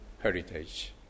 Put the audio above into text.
heritage